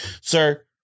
Sir